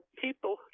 people